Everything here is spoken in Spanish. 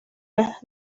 las